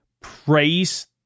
praise